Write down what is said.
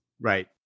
Right